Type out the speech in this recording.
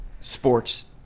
sports